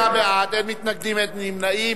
36 בעד, אין מתנגדים, אין נמנעים.